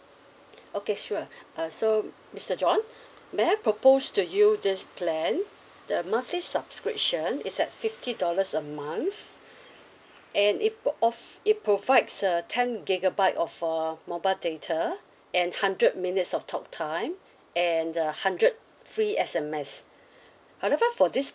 okay sure uh so mister john may I propose to you this plan the monthly subscription is at fifty dollars a month and it off~ it provides a ten gigabytes of err mobile data and hundred minutes of talk time and the hundred free S_M_S however for this